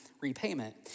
repayment